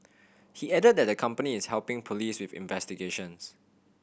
he added that the company is helping police with investigations